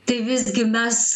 tai visgi mes